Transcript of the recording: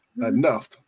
Enough